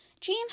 Jean